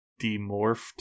demorphed